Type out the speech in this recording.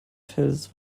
fels